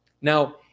Now